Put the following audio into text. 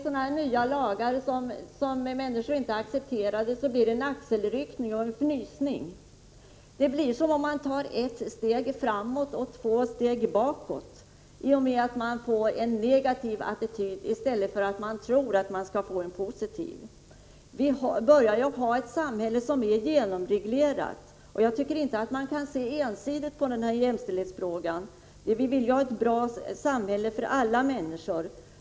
På lagar som inte blivit accepterade reagerar människor med en axelryckning och en fnysning. Det är som att ta ett steg framåt och två steg bakåt, i och med att människor intar en negativ attityd i stället för en positiv — som man hade hoppats på. Vi har ett samhälle som börjar bli genomreglerat. Vi bör inte se så här ensidigt på jämställdhetsfrågan. Vi vill ju ha ett bra samhälle för alla människor.